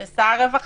של שר הרווחה,